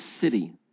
city